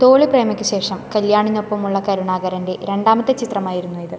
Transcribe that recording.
തോളി പ്രേമയ്ക്ക് ശേഷം കല്യാണിനൊപ്പമുള്ള കരുണാകരൻ്റെ രണ്ടാമത്തെ ചിത്രമായിരുന്നു ഇത്